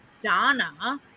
Donna